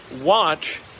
Watch